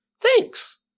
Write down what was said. thanks